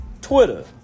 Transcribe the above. Twitter